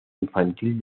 infantil